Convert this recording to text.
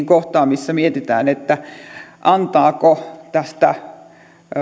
kohtaan missä mietitään antaako tästä